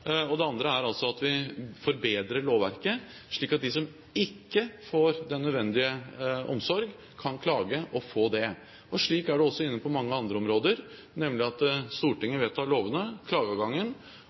Det andre er at vi forbedrer lovverket, slik at de som ikke får den nødvendige omsorg, kan klage og få det. Slik er det også innenfor mange andre områder, nemlig at Stortinget